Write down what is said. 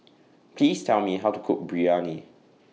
Please Tell Me How to Cook Biryani